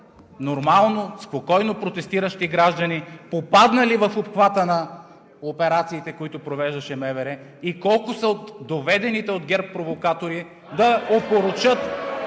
нормално, спокойно протестиращи граждани, попаднали в обхвата на операциите, които провеждаше МВР, и колко са доведените от ГЕРБ провокатори (възгласи